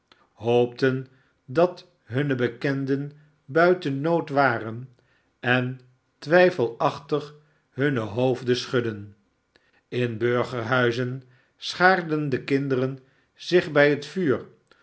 hoopten dat hunne bekenden buiten nood waren en twijfelachtig hunne hoofden schudden in burger huizen schaarden de kinderen zich bij het vuur